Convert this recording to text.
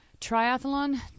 triathlon